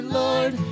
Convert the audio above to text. lord